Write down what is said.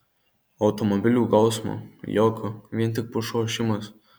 automobilių gausmo jokio vien tik pušų ošimas